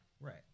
Right